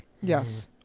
Yes